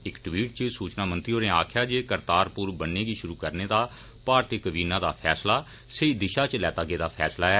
इक टवीट इच सूचना मंत्री होरें आक्खेया जे करतारपुर बन्नै गी शुरू करने दा भारतीय कबीना दा फैसला सेही दिशा इच लैता गेदा फैसला ऐ